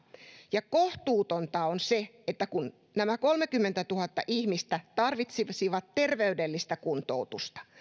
ja kohtuutonta on se että kun nämä kolmekymmentätuhatta ihmistä tarvitsisivat terveydellistä kuntoutusta